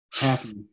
happy